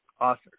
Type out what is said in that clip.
author